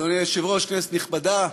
אדוני היושב-ראש, כנסת נכבדה,